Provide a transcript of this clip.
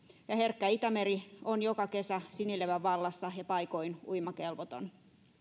ja herkkä itämeri on joka kesä sinilevän vallassa ja paikoin uimakelvoton